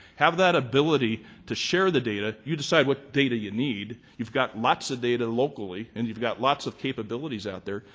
have that ability to share the data. you decide what data you need. you've got lots of data locally and you've got lots of capabilities out there,